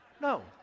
no